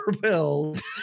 bills